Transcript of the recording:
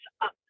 up